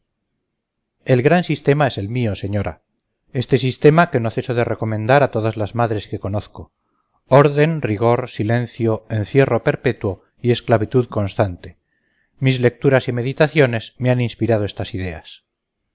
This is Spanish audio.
el gran sistema es el mío señora este sistema que no ceso de recomendar a todas las madres que conozco orden rigor silencio encierro perpetuo y esclavitud constante mis lecturas y meditaciones me han inspirado estas ideas